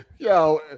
Yo